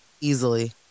easily